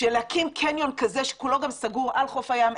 להקים קניון כזה שכולו גם סגור על חוף הים,